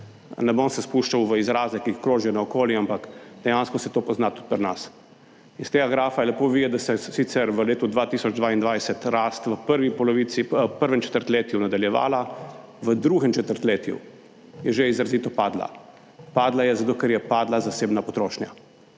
Ne bom se spuščal v izraze, ki krožijo naokoli, ampak dejansko se to pozna tudi pri nas. Iz tega grafa je lepo videti, da je sicer v letu 2022 rast v prvi polovici, v prvem četrtletju nadaljevala, v drugem četrtletju je že izrazito padla, padla je zato, ker je padla zasebna potrošnja.